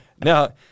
Now